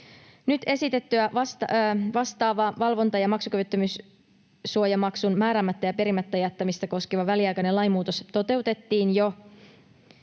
Nyt esitettyä vastaava valvonta- ja maksukyvyttömyyssuojamaksun määräämättä ja perimättä jättämistä koskeva väliaikainen lainmuutos toteutettiin jo